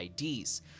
IDs